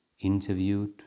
interviewed